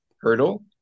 Hurdle